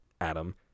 Adam